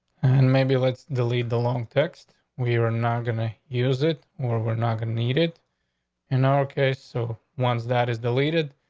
and maybe let's delete the long text. we were not gonna use it, or we're not gonna need it in our case. so ones that is deleted.